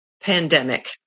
Pandemic